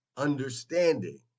understanding